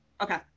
okay